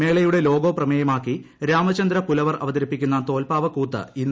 മേളയുടെ ലോഗോ പ്രമേയമാക്കി രാമചന്ദ്ര പുലവർ അവതരിപ്പിക്കുന്ന തോൽപ്പാവക്കൂത്ത് ഇന്ന് അരങ്ങേറും